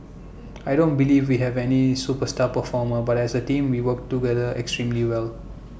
I don't believe we have any superstar performer but as A team we work together extremely well